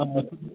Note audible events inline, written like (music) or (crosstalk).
(unintelligible)